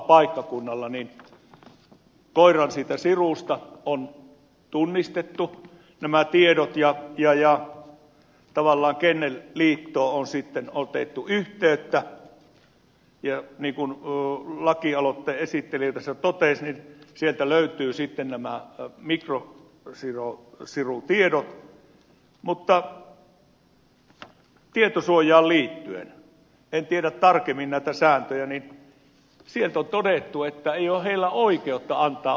siitä koiran sirusta on tunnistettu nämä tiedot ja kennelliittoon on sitten otettu yhteyttä ja niin kuin lakialoitteen esittelijä tässä totesi sieltä löytyvät nämä mikrosirutiedot mutta tietosuojaan liittyen en tiedä tarkemmin näitä sääntöjä sieltä on todettu että ei heillä ole oikeutta antaa omistajan tietoja